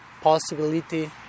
possibility